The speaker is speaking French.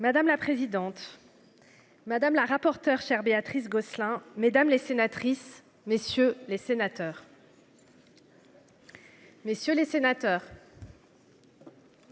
Madame la présidente. Madame la rapporteure chers Béatrice Gosselin mesdames les sénatrices messieurs les sénateurs.